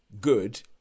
good